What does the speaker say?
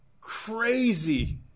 crazy